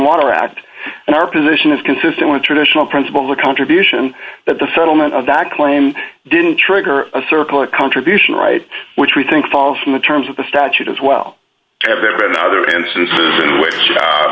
water act and our position is consistent traditional principles a contribution that the settlement of that claim didn't trigger a circle a contribution right which we think fall from the terms of the statute as well have there been other instances in which